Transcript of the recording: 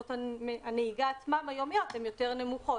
שעות הנהיגה היומיות הן יותר נמוכות,